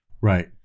Right